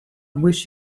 wish